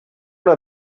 una